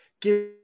give –